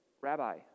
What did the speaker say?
Rabbi